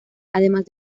además